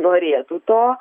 norėtų to